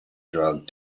drug